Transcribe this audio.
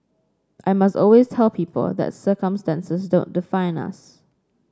I must always tell people that circumstances don't define us